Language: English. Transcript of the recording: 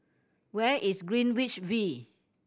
where is Greenwich V